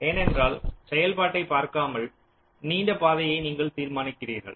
ஏனென்றால் செயல்பாட்டை பார்க்காமல் நீண்ட பாதையை நீங்கள் தீர்மானிக்கிறீர்கள்